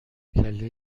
کله